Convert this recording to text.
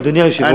אדוני היושב-ראש,